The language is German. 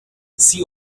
sie